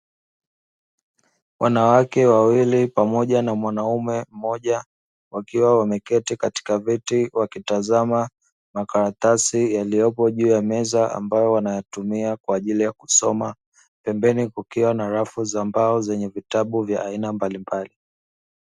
Wanawake wawili pamoja na mwanaume mmoja, wakiwa wameketi katika viti, wakitazama makaratasi yaliyopo juu ya meza, ambayo wanayatumia kwa ajili ya kusoma. Pembeni kukiwa na rafu za mbao zenye vitabu vya aina mbalimbali.